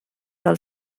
del